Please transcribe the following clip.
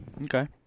Okay